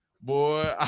boy